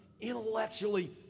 intellectually